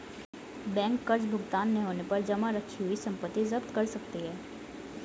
bank कर्ज भुगतान न होने पर जमा रखी हुई संपत्ति जप्त कर सकती है